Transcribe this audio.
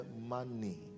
money